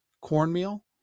cornmeal